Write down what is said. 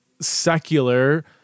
secular